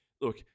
Look